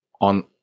on